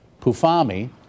Pufami